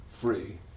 free